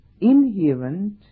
inherent